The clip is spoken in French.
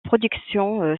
production